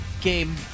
game